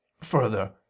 further